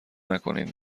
نکنین